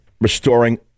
restoring